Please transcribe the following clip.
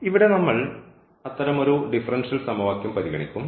ഇവിടെ നമ്മൾ അത്തരമൊരു ഡിഫറൻഷ്യൽ സമവാക്യം പരിഗണിക്കും